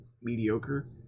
mediocre